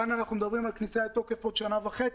כאן מדברים על כניסה לתוקף בעוד שנה וחצי,